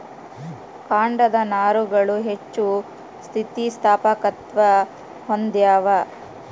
ಕಾಂಡದ ನಾರುಗಳು ಹೆಚ್ಚು ಸ್ಥಿತಿಸ್ಥಾಪಕತ್ವ ಹೊಂದ್ಯಾವ